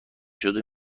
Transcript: شده